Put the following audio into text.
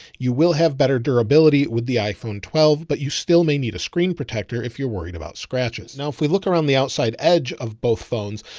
you will have better durability with the iphone twelve, but you still may need a screen protector if you're worried about scratches. now, if we look around the outside edge of both phones,